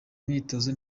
myitozo